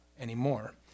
anymore